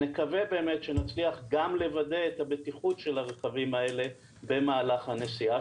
נקווה שנצליח גם לוודא את הבטיחות של הרכבים האלה במהלך הנסיעה